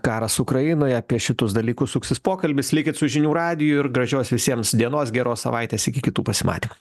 karas ukrainoj apie šituos dalykus suksis pokalbis likit su žinių radiju ir gražios visiems dienos geros savaitės iki kitų pasimatymų